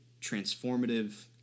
transformative